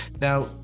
now